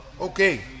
okay